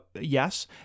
yes